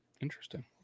Interesting